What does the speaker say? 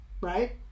Right